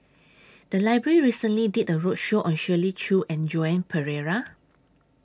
The Library recently did A roadshow on Shirley Chew and Joan Pereira